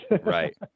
Right